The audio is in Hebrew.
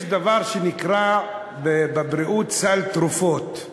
יש דבר בבריאות, סל תרופות.